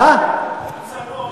הוא צנוע.